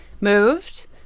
moved